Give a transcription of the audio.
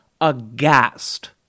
aghast